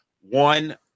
One